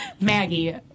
Maggie